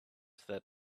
that